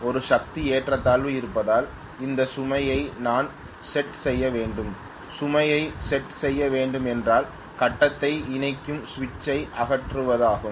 ஒரு சக்தி ஏற்றத்தாழ்வு இருப்பதால் இந்த சுமை ஐ நான் சேட் செய்ய வேண்டும் சுமை ஐ சேட் செய்ய வேண்டும் என்றால் கட்டத்தை இணைக்கும் சுவிட்சை அகற்றுவதாகும்